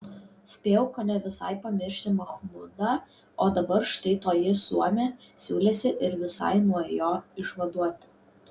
spėjau kone visai pamiršti machmudą o dabar štai toji suomė siūlėsi ir visai nuo jo išvaduoti